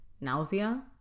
nausea